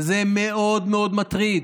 וזה מאוד מאוד מטריד.